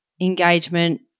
engagement